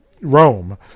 Rome